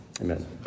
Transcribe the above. Amen